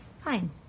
Fine